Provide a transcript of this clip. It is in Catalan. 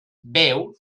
veu